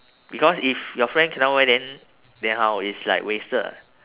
because if your friends cannot wear then then how it's like wasted ah